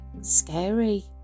scary